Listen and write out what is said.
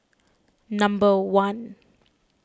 number one